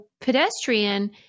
pedestrian